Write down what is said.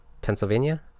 pennsylvania